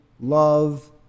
love